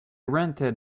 rented